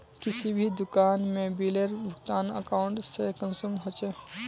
किसी भी दुकान में बिलेर भुगतान अकाउंट से कुंसम होचे?